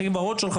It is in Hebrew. הכי ורוד שלך,